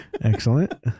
Excellent